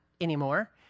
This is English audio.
anymore